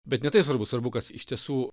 bet ne tai svarbu svarbu kas iš tiesų